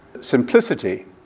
Simplicity